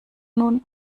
nun